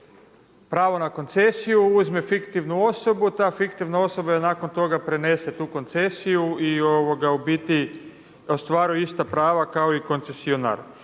pravo na koncesiju uzme fiktivnu osobu, ta fiktivna osoba nakon toga prenese tu koncesiju i ostvaruju ista prava kao i koncesionar.